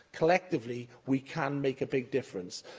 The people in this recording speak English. collectively we can make a big difference.